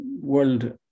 world